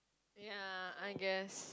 ya I guess